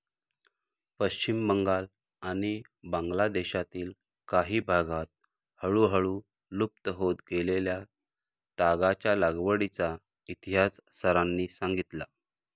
पश्चिम बंगाल आणि बांगलादेशातील काही भागांत हळूहळू लुप्त होत गेलेल्या तागाच्या लागवडीचा इतिहास सरांनी सांगितला